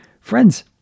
friends